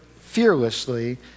fearlessly